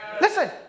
Listen